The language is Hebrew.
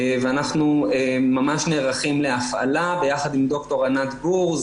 אנחנו ממש נערכים להפעלה, ביחד עם ד"ר ענת גור.